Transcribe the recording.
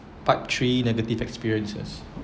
part three negative experiences